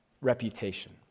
reputation